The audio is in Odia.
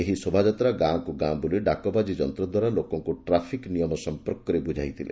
ଏହି ଶୋଭାଯାତ୍ରା ଗାଁକୁ ଗାଁ ବୁଲି ଡାକବାଜି ଯନ୍ତଦ୍ୱାରା ଲୋକଙ୍ଙୁ ଟ୍ରାଫିକ୍ ନିୟମ ସମ୍ମର୍କରେ ବୁଝାଯାଇଥିଲା